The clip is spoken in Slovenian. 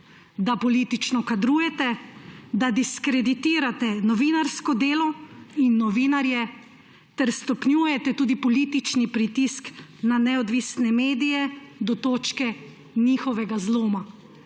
da politično kadrujete, da diskreditirate novinarsko delo in novinarje ter stopnjujete tudi politični pritisk na neodvisne medije do točke njihovega zloma.